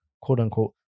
quote-unquote